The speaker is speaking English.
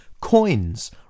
Coins